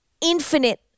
infinite